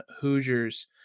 Hoosiers